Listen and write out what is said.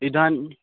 इदानीम्